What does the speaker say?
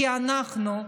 כי אנחנו,